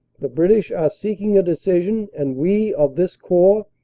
the british are seeking a decision and we, of this corps,